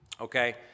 Okay